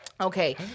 Okay